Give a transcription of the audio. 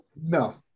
No